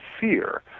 fear